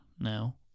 now